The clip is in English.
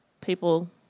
people